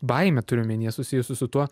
baimė turiu omenyje susijusi su tuo